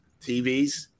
TVs